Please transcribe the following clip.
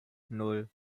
nan